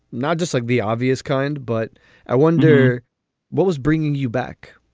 not just like the obvious kind, but i wonder what was bringing you back